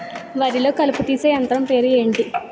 వరి లొ కలుపు తీసే యంత్రం పేరు ఎంటి?